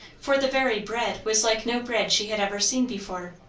for the very bread was like no bread she had ever seen before.